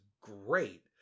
great